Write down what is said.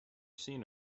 seen